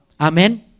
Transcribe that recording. Amen